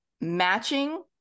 matching